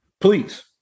please